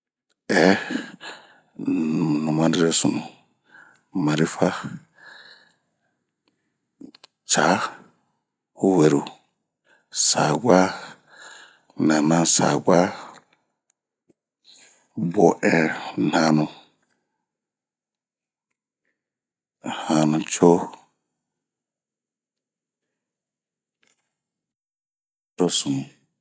eee, numanirosunu, marifa, caa, weruh, sabwa, nanasabwa, boɛn hanu, hanuco ..cosunu